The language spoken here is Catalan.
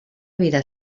vida